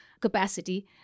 capacity